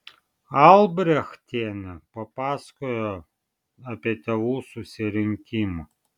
albrechtienė papasakojo apie tėvų susirinkimą